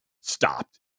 stopped